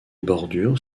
bordures